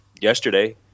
yesterday